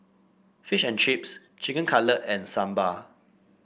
Fish and Chips Chicken Cutlet and Sambar